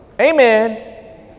amen